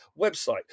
website